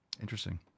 Interesting